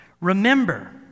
Remember